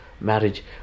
Marriage